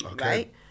right